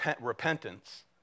repentance